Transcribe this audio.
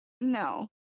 no